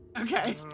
Okay